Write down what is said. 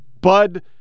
Bud